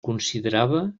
considerava